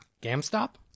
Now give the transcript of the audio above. Gam-stop